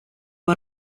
può